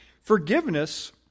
forgiveness